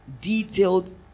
detailed